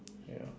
ya